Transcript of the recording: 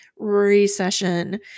Recession